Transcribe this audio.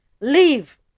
leave